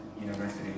University